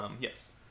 Yes